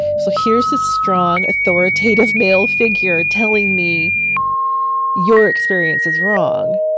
so here's the strong, authoritative male figure telling me your experience is wrong